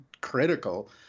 critical